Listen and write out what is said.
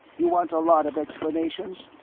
you want a lot of explanations?